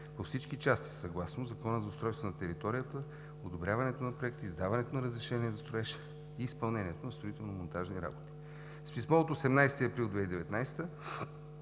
по всички части съгласно Закона за устройство на територията, одобряването на проекти, издаването на разрешение за строеж и изпълнението на строително-монтажни работи. С писмо от 18 април 2019